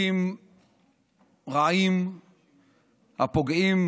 חוקים רעים הפוגעים